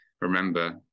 remember